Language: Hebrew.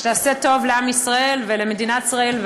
שתעשה טוב לעם ישראל ולמדינת ישראל,